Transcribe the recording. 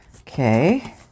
Okay